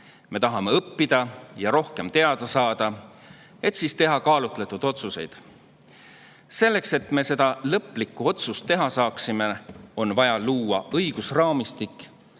me tahame õppida ja rohkem teada saada, et siis teha kaalutletud otsuseid. Selleks, et me lõplikku otsust teha saaksime, on vaja luua õigusraamistik,